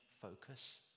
focus